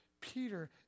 Peter